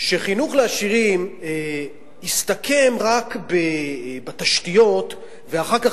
שחינוך לעשירים יסתכם רק בתשתיות ואחר כך